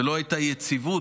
ולא הייתה יציבות,